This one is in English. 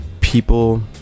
people